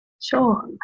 Sure